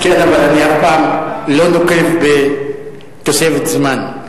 כן, אבל אני אף פעם לא נוקב בתוספת זמן.